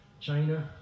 China